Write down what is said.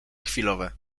chwilowe